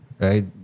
right